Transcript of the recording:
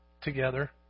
together